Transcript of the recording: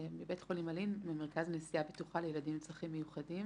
מבית חולים אלין וממרכז נסיעה בטוחה לילדים עם צרכים מיוחדים.